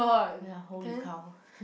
well holy cow